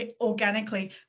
organically